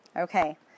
Okay